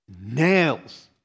nails